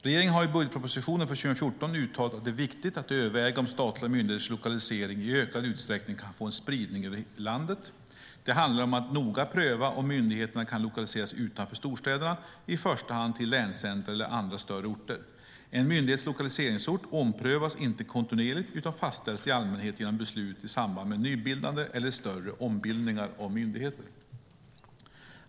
Regeringen har i budgetpropositionen för 2014 uttalat att det är viktigt att överväga om statliga myndigheters lokalisering i ökad utsträckning kan få en spridning över landet. Det handlar om att noga pröva om myndigheterna kan lokaliseras utanför storstäderna, i första hand till länscentrum eller andra större orter. En myndighets lokaliseringsort omprövas inte kontinuerligt, utan fastställs i allmänhet genom beslut i samband med nybildande eller större ombildningar av myndigheter.